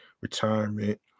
retirement